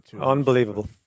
Unbelievable